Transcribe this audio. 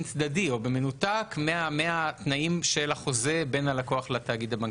צדדי או במנותק מהתנאים של החוזה בין הלקוח לתאגיד הבנקאי.